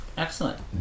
Excellent